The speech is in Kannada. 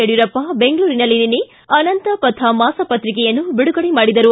ಯಡಿಯೂರಪ್ಪ ಬೆಂಗಳೂರಿನಲ್ಲಿ ನಿನ್ನೆ ಅನಂತ ಪಥ ಮಾಸ ಪತ್ರಿಕೆಯನ್ನು ಬಿಡುಗಡೆ ಮಾಡಿದರು